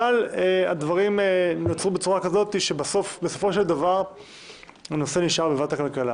אבל הדברים נוצרו בצורה כזאת שבסופו של דבר הנושא נשאר בוועדת הכלכלה.